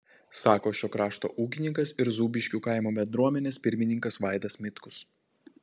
sako šio krašto ūkininkas ir zūbiškių kaimo bendruomenės pirmininkas vaidas mitkus